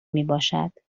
میباشد